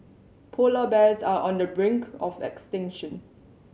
polar bears are on the brink of extinction